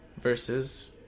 versus